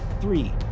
Three